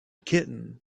kitten